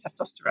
testosterone